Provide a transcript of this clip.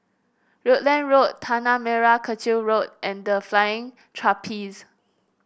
Rutland Road Tanah Merah Kechil Road and The Flying Trapeze